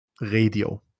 radio